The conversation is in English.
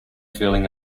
feeling